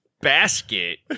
basket